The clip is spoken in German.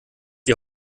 die